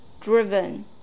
driven